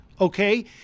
okay